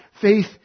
faith